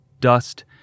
dust